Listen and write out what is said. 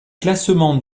classement